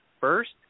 first